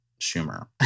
Schumer